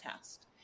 test